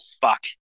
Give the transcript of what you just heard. fuck